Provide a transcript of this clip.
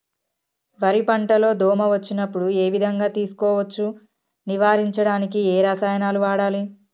వరి పంట లో దోమ వచ్చినప్పుడు ఏ విధంగా తెలుసుకోవచ్చు? నివారించడానికి ఏ రసాయనాలు వాడాలి?